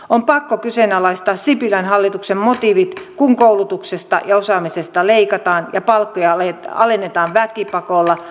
on pakko kyseenalaistaa sipilän hallituksen motiivit kun koulutuksesta ja osaamisesta leikataan ja palkkoja alennetaan väkipakolla